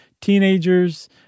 teenagers